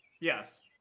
Yes